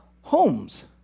homes